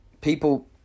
People